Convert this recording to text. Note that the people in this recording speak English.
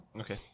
Okay